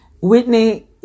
Whitney